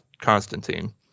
Constantine